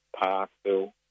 Parkville